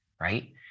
right